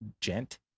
gent